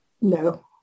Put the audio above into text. No